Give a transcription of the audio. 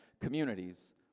communities